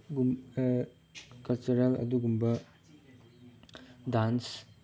cultural ꯑꯗꯨꯒꯨꯝꯕ dance